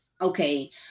okay